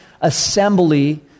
assembly